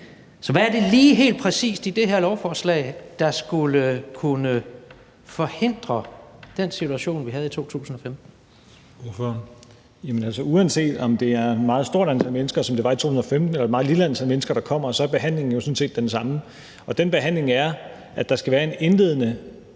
Så hvad er det lige helt præcis i det her lovforslag, der skulle kunne forhindre den situation, vi havde i 2015? Kl. 16:58 Den fg. formand (Christian Juhl): Ordføreren. Kl. 16:58 Rasmus Stoklund (S): Uanset om det er et meget stort antal mennesker, som det var i 2015, eller et meget lille antal mennesker, der kommer, er behandlingen jo sådan set den samme, og den behandling er, at der skal være en indledende